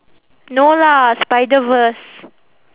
no lah spider-verse